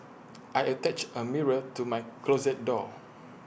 I attached A mirror to my closet door